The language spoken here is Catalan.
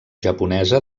japonesa